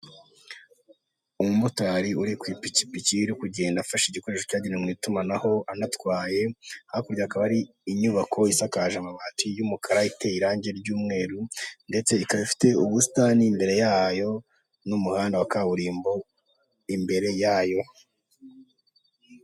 Umumotari uri ku'ipikipiki iri kugenda afashe igikoresho cyagenewe mu'itumanaho anatwaye, hakurya hakaba hari inyubako isakaje amabati y'umukara, iteye irangi ry'umweru ndetse ikaba ifite ubusitani imbere yayo n'umuhanda wa kaburimbo imbere yayo.